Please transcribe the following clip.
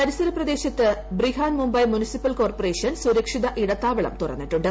പരിസരപ്രദേശത്ത് Brihan Mumbai municipal corporation സുരക്ഷിത ഇടത്താവളം തുറന്നിട്ടുണ്ട്